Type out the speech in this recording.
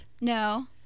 No